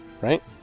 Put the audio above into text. right